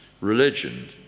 religion